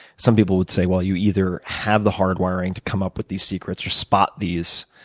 some people would say, well, you either have the hardwiring to come up with these secrets or spot these